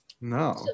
No